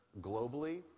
globally